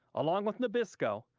along with nabisco,